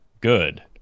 good